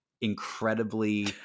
incredibly